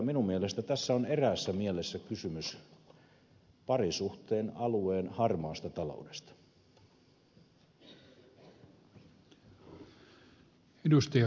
minun mielestäni tässä on eräässä mielessä kysymys parisuhteen alueen harmaasta taloudesta